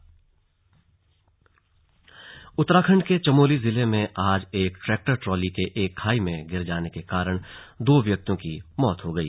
slug हादसा उत्तराखंड के चमोली जिले में आज एक ट्रैक्टर ट्रॉली के एक खाई में गिर जाने के कारण दो व्यक्तियों की मौत हो गई